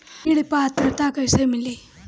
ऋण पात्रता कइसे मिली?